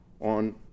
on